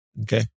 Okay